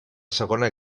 segona